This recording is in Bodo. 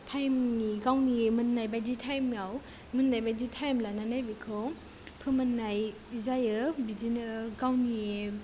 टाइमनि गावनि मोननाय बायदि थायमाव मोननाय बादि टाइम लानानै बेखौ फोमोननाय जायो बिदिनो गावनि